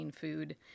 food